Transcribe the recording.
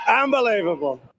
Unbelievable